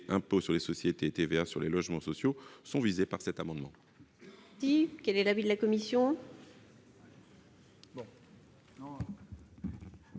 d'impôt sur les sociétés et de TVA sur les logements sociaux sont visés par cet amendement.